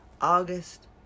August